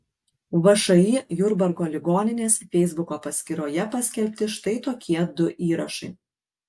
všį jurbarko ligoninės feisbuko paskyroje paskelbti štai tokie du įrašai